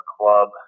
club